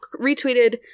retweeted